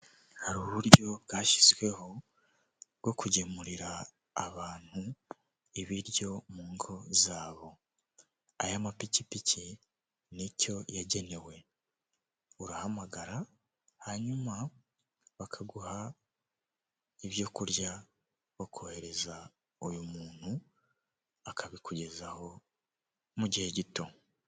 Hari uburyo bwashyizweho bwo kugemurira abantu ibiryo mu ngo zabo, aya mapikipiki nicyo yagenewe, urahamagara hanyuma bakaguha ibyo kurya bakohereza uyu muntu akabikugezaho mu gihe gito